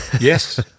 Yes